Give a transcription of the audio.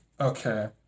Okay